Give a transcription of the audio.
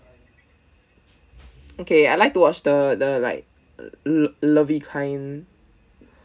okay I like to watch the the like lo~ lovey kind